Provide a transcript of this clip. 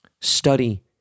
study